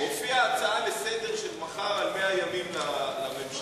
הופיעה הצעה לסדר-היום של מחר על מאה ימים לממשלה,